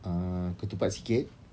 uh ketupat sikit